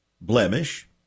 blemish